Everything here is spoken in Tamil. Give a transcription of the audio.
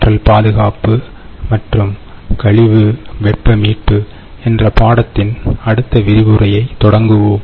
ஆற்றல் பாதுகாப்பு மற்றும் கழிவு வெப்ப மீட்பு என்ற பாடத்தின் அடுத்த விரிவுரையை தொடங்குவோம்